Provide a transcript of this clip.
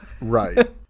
Right